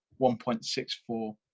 1.64%